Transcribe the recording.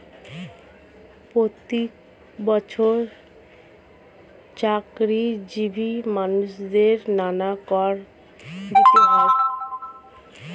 প্রত্যেক বছর চাকরিজীবী মানুষদের নানা কর দিতে হয়